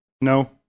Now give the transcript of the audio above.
No